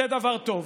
זה דבר טוב,